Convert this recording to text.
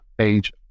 age